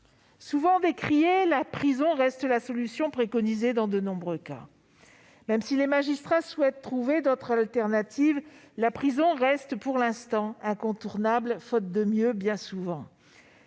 Souvent décriée, la prison reste la solution préconisée dans de nombreux cas. Même si les magistrats souhaitent trouver d'autres alternatives, elle reste pour l'instant incontournable, faute de mieux.